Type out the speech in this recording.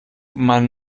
man